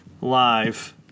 live